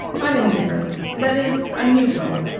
i'm indifferent. that is, i'm neutral.